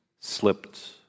slipped